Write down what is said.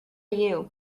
you